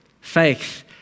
faith